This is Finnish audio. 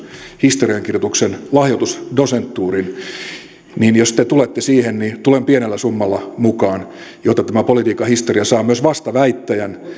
historiankirjoituksen lahjoitusdosentuurin jos te tulette siihen niin tulen pienellä summalla mukaan jotta tämä politiikan historia saa myös vastaväittäjän